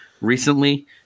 Recently